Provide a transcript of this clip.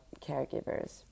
caregivers